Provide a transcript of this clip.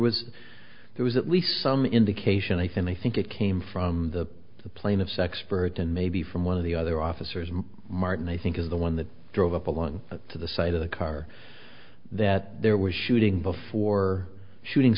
was there was at least some indication i think i think it came from the plaintiff sexpert and maybe from one of the other officers martin i think is the one that drove up along to the side of the car that there was shooting before shooting